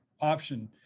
option